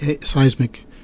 seismic